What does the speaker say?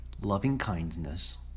loving-kindness